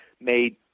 made